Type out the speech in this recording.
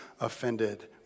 offended